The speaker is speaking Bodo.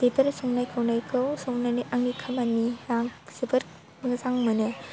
बेफोर संनाय खावनायखौ संनानै आंनि खामानिया जोबोर मोजां मोनो